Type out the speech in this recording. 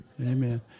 Amen